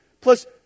plus